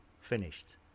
finished